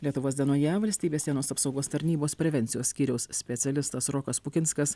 lietuvos dienoje valstybės sienos apsaugos tarnybos prevencijos skyriaus specialistas rokas pukinskas